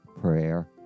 prayer